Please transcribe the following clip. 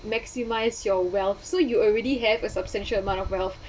maximise your wealth so you already have a substantial amount of wealth